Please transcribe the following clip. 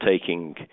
taking